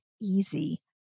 easy